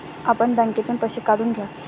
आपण बँकेतून पैसे काढून घ्या